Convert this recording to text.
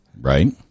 Right